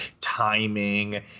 Timing